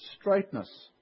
straightness